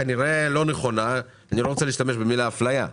כנראה לא נכונה, אני לא רוצה להשתמש במילה אפליה,